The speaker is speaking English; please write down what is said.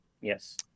Yes